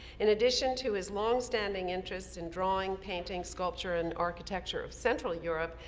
in addition to his long-standing interests in drawing, painting, sculpture, and architecture of central europe,